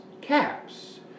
caps